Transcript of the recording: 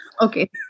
Okay